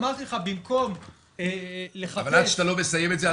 אמרתי לך במקום לחפש --- אבל שעד אתה לא מסיים את זה,